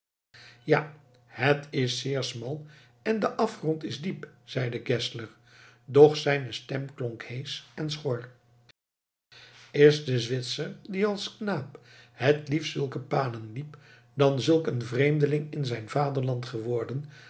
ja het is zeer smal en de afgrond is diep zeide geszler doch zijne stem klonk heesch en schor is de zwitser die als knaap het liefst zulke paden liep dan zulk een vreemdeling in zijn vaderland geworden